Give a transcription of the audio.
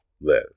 live